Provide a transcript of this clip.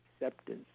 acceptance